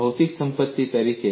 ભૌતિક સંપત્તિ તરીકે